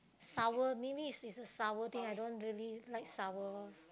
sour maybe is is sour thing I don't really like sour lor